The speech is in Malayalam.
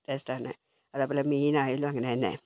ടേസ്റ്റ് ആണ് അതേപോലെ മീൻ ആയാലും അങ്ങനെ തന്നെ